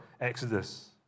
exodus